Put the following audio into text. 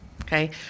okay